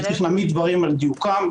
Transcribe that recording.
-- וצריך להעמיד דברים על דיוקם.